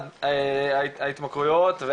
לצד ההתמכרויות.